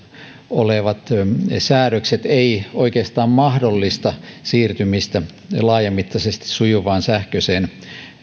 olevat säädökset eivät oikeastaan mahdollista siirtymistä laajamittaisesti sujuvaan sähköiseen